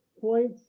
points